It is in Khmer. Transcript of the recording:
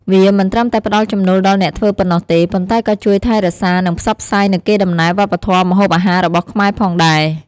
វាមិនត្រឹមតែផ្ដល់ចំណូលដល់អ្នកធ្វើប៉ុណ្ណោះទេ ប៉ុន្តែក៏ជួយថែរក្សា និងផ្សព្វផ្សាយនូវកេរដំណែលវប្បធម៌ម្ហូបអាហាររបស់ខ្មែរផងដែរ។